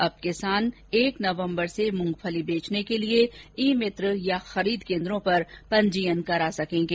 अब किसान एक नवंबर से मूंगफली बेचने के लिए ई मित्र या खरीद केन्द्रों पर पंजीयन करा सकेंगे